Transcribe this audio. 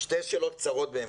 שתי שאלות קצרות.